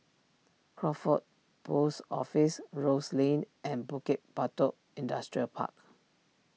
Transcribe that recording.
Crawford Post Office Rose Lane and Bukit Batok Industrial Park